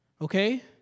Okay